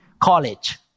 college